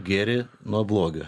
gėrį nuo blogio